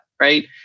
right